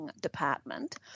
department